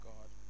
God